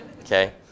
okay